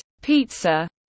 pizza